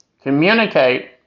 communicate